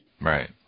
Right